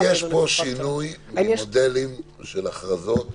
האם יש פה שינוי ממודלים של הכרזות